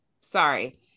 Sorry